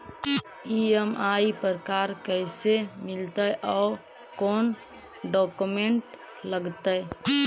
EMI पर car कैसे मिलतै औ कोन डाउकमेंट लगतै?